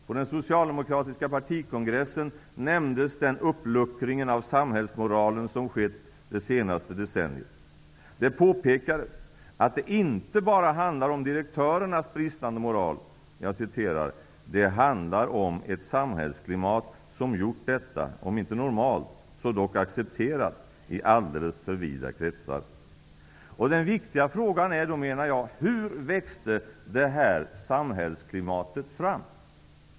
På den socialdemokratiska partikongressen nämndes den uppluckring av samhällsmoralen som skett det senaste decenniet. Det påpekades att det inte bara handlar om direktörernas bristande moral. Jag citerar: ''Det handlar om ett samhällsklimat som gjort detta -- om inte normalt -- så dock accepterat i alldeles för vida kretsar.'' Den viktiga frågan är, menar jag: Hur växte detta samhällsklimat fram?